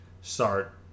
start